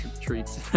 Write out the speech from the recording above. treats